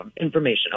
information